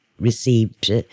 received